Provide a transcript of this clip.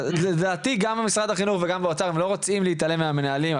לדעתי גם משרד החינוך וגם האוצר לא רוצים להתעלם מהקול של המנהלים.